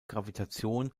gravitation